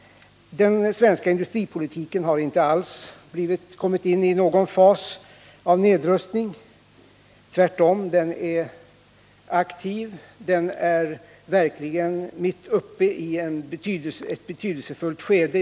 Den svenska industripolitiken har inte alls kommit in i någon fas av nedrustning — tvärtom, den är aktiv och verkligen mitt inne i ett betydelsefullt skede.